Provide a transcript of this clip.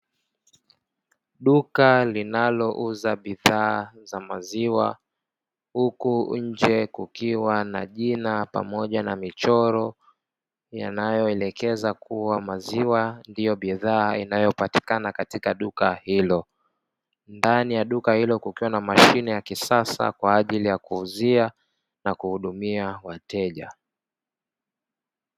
Duka linalouza bidhaa za maziwa huku nje kukiwa na jina pamoja na michoro yanayoelekeza kuwa maziwa ndio bidhaa inayopatikana katika duka hilo. Ndani ya duka hilo kukiwa na mashine ya kisasa kwa ajili ya kuuzia na kuhudumia wateja.